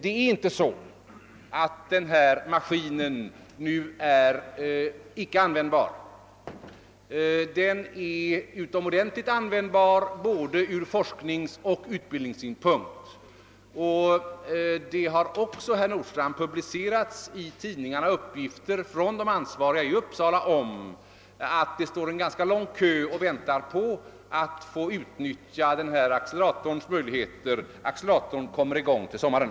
Det är inte så att apparaten i fråga nu icke är användbar. Den är utomordentligt användbar ur både forskningsoch utbildningssynpunkt. Det har också, herr Nordstrandh, i pressen publicerats uppgifter från de ansvariga i Uppsala, enligt vilka det finns en ganska lång kö av intresserade som väntar på att få utnyttja acceleratorns möjligheter. Acceleratorn kommer i gång till sommaren.